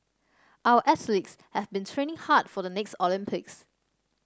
our athletes have been training hard for the next Olympics